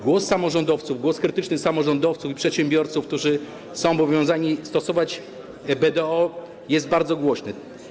Głos samorządowców, głos krytyczny samorządowców i przedsiębiorców, którzy są obowiązani stosować się do BDO, jest bardzo głośny.